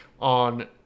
on